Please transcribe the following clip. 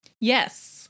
Yes